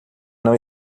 não